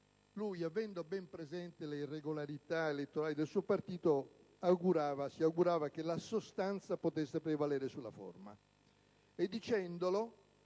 fa, avendo ben presenti le irregolarità elettorali del suo partito, si augurava che la sostanza potesse prevalere sulla forma